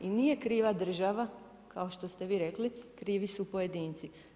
I nije kriva država kao što ste vi rekli, krivi su pojedinci.